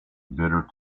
bitter